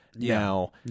Now